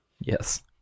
yes